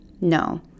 No